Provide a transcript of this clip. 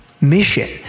mission